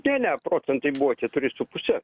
ne ne procentai buvo keturi su puse